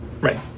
right